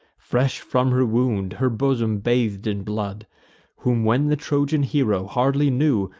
fresh from her wound, her bosom bath'd in blood whom when the trojan hero hardly knew,